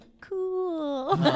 cool